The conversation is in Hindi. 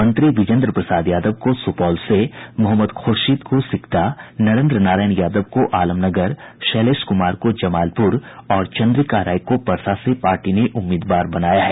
मंत्री विजेन्द्र प्रसाद यादव को सुपौल से मोहम्मद खुर्शीद को सिकटा नरेन्द्र नारायण यादव को आलमनगर शैलेश कुमार को जमालपुर और चंद्रिका राय को परसा से पार्टी ने उम्मीदवार बनाया है